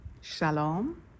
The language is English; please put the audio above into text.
Shalom